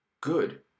good